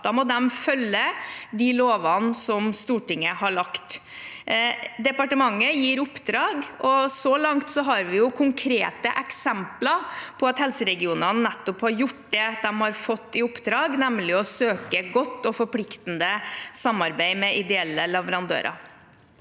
Da må det følge de lovene som Stortinget har lagt. Departementet gir oppdrag, og så langt så har vi konkrete eksempler på at helseregionene nettopp har gjort det de har fått i oppdrag, nemlig å søke godt og forpliktende samarbeid med ideelle leverandører.